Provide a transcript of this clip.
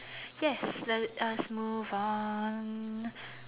yes let us move on